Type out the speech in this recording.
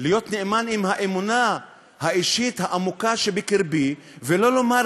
להיות נאמן ךאמונה האישית העמוקה שבקרבי ולא לומר